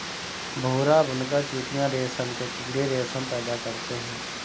भूरा बुनकर चीटियां रेशम के कीड़े रेशम पैदा करते हैं